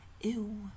Ew